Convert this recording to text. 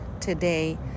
today